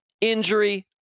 injury